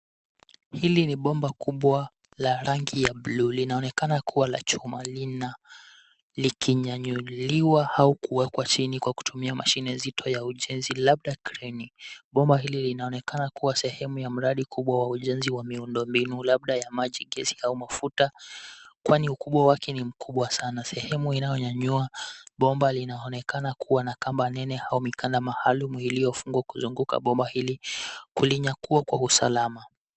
Hili ni bomba kubwa la rangi ya bluu. Linaonekana kuwa la chuma likinyanyuliwa au kuwekwa chini kwa kutumia mashine nzito ya ujenzi labda kreni. Bomba hili linaonekana kuwa sehemu ya mradi kubwa wa ujenzi wa miundombinu labda ya maji, gesi au mafuta, kwani ukubwa wake ni mkubwa sana. Sehemu inayonyanyua bomba linaonekana kuwa na kamba nene au mikanda maalum iliyofungwa kuzunguka bomba ili kulinyakua kwa usalama.